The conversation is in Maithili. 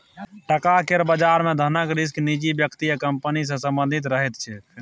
टका केर बजार मे धनक रिस्क निजी व्यक्ति या कंपनी सँ संबंधित रहैत छै